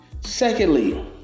secondly